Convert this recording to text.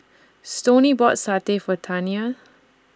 Stoney bought Satay For Taniya